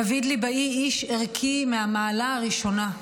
דוד ליבאי היה איש ערכי מהמעלה הראשונה,